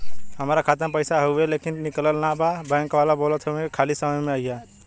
हमार खाता में पैसा हवुवे लेकिन निकलत ना बा बैंक वाला बोलत हऊवे की खाली समय में अईहा